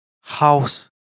house